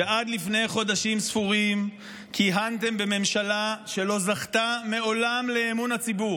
שעד לפני חודשים ספורים כיהנתם בממשלה שלא זכתה מעולם לאמון הציבור,